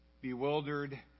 bewildered